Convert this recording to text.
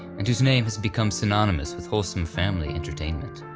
and whose name has become synonymous with wholesome family entertainment.